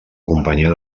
companyia